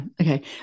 okay